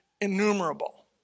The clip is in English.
innumerable